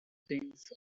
things